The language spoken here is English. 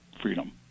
freedom